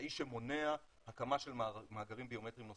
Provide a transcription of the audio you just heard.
וכאמצעי שמונע הקמה של מאגרים ביומטריים נוספים.